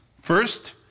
First